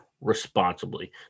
responsibly